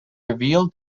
revealed